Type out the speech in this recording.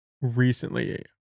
recently